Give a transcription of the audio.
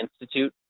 Institute